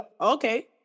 Okay